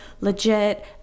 legit